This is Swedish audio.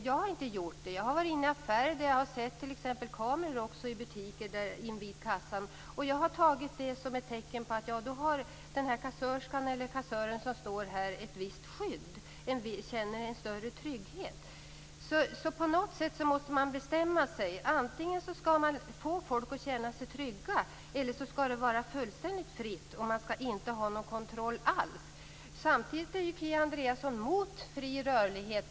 Jag har inte gjort det. Jag har varit inne i affärer där jag har sett t.ex. kameror invid kassan. Jag har sett det som ett tecken på att kassörskan eller kassören har ett visst skydd och känner en större trygghet. På något sätt måste man bestämma sig. Antingen skall man få folk att känna sig trygga eller så skall det vara fullständigt fritt och man skall inte ha någon kontroll alls. Samtidigt är ju Kia Andreasson mot fri rörlighet.